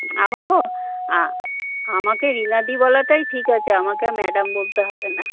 আমাকেও আ আমাকে রীনাদি বলাটাই ঠিক আছে আমাকে আর ম্যাডাম বলতে হবে না